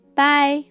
bye